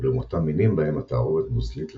ולעומתם מינים בהם התערובת נוזלית לחלוטין.